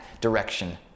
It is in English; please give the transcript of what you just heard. direction